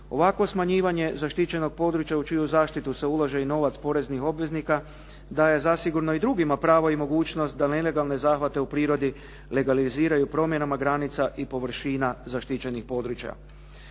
Ovakvo smanjivanje zaštićenog područja u čiju zaštitu se ulaže i novac poreznih obveznika daje zasigurno i drugima pravo i mogućnost da nelegalne zahvate u prirodi legaliziraju promjenama granica i površina zaštićenih područja.